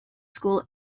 school